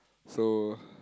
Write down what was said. so